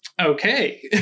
okay